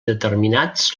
determinats